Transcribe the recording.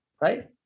right